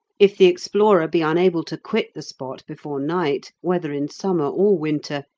if the explorer be unable to quit the spot before night, whether in summer or winter,